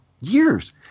years